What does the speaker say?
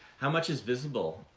how much is visible,